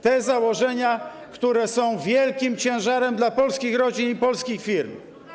Te założenia są wielkim ciężarem dla polskich rodzin i polskich firm.